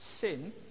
sin